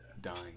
dying